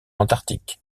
antarctique